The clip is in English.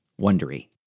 wondery